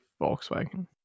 Volkswagen